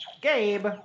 Gabe